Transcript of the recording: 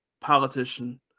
politician